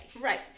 Right